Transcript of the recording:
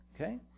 Okay